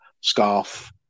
scarf